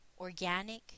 organic